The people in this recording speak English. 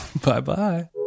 Bye-bye